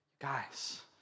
guys